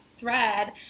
thread